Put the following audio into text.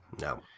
No